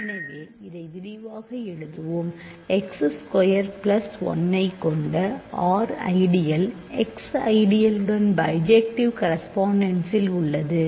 எனவே அதை விரிவாக எழுதுவோம் X ஸ்கொயர் பிளஸ் 1 ஐக் கொண்ட R ஐடியல் x ஐடியல் வுடன் பைஜெக்டிவ் கரெஸ்பாண்டென்ஸில் உள்ளன